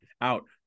out